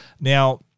Now